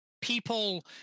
people